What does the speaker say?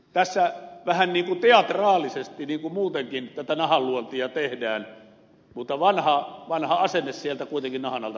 tässä vähän niin kuin teatraalisesti muutenkin tätä nahanluontia tehdään mutta vanha asenne sieltä kuitenkin nahan alta paljastuu